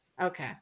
Okay